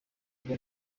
rwe